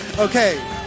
Okay